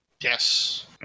Yes